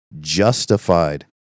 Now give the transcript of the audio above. justified